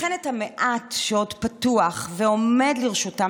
לכן את המעט שעוד פתוח ועומד לרשותו